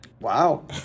wow